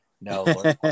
no